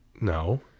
No